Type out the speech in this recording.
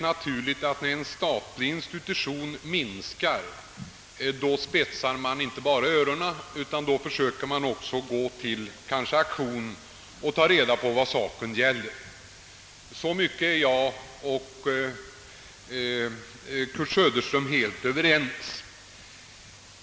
När en statlig institution företar inskränkningar, spetsar man där öronen och försöker kanske också ta reda på vad orsaken kan vara. Så långt är herr Kurt Söderström och jag överens.